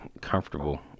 comfortable